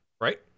Right